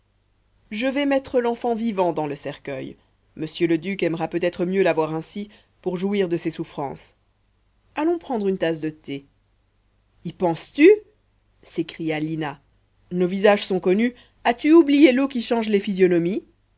je vais mettre l'enfant vivant dans le cercueil m le duc aimera peut-être mieux l'avoir ainsi pour jouir de ses souffrances allons prendre une tasse de thé y penses-tu s'écria lina nos visages sont connus as-tu oublié l'eau qui change les physionomies